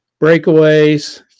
breakaways